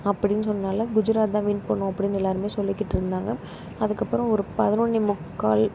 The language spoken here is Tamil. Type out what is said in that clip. அப்படின்னு சொன்னதுனால குஜராத் தான் வின் பண்ணும் அப்படின்னு எல்லாருமே சொல்லிக்கிட்டு இருந்தாங்க அதுக்கப்புறம் ஒரு பதினொன்னே முக்கால்